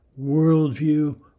worldview